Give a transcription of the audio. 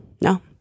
no